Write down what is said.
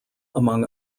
among